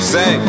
Say